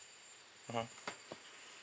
mmhmm